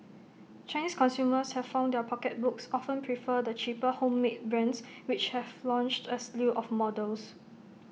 Chinese consumers have found their pocketbooks often prefer the cheaper homemade brands which have launched A slew of models